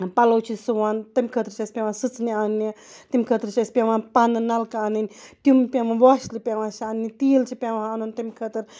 پَلَو چھِ سُوان تَمہِ خٲطرٕ چھِ اَسہِ پیٚوان سٕژنہِ اَننہِ تَمہِ خٲطرٕ چھِ اَسہِ پیٚوان پَنہِ نَلکہٕ اَنٕنۍ تِم پیٚوان واشلہِ پیٚوان چھِ اَننہِ تیٖل چھُ پیٚوان اَنُن تَمہِ کھٲترٕ